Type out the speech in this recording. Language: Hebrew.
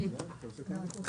הישיבה ננעלה בשעה 11:25.